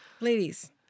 Ladies